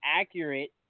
accurate